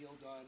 done